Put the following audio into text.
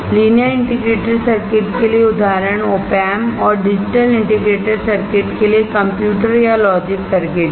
linear integrated circuit के लिए उदाहरण Op Amps है और डिजिटल इंटीग्रेटेडसर्किट के लिए कंप्यूटर या लॉजिक सर्किट है